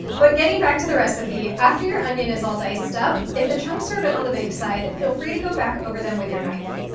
but getting back to the recipe, after your onion is all diced up, if the chunks are a bit on the big side, feel free to go back over them with your knife,